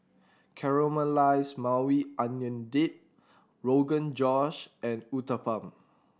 Caramelized Maui Onion Dip Rogan Josh and Uthapam